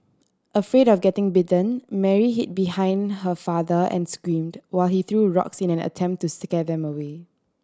afraid of getting bitten Mary hid behind her father and screamed while he threw rocks in an attempt to scare them away